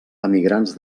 emigrants